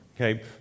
Okay